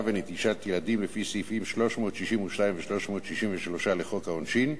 ונטישת ילדים לפי סעיפים 362 ו-363 לחוק העונשין.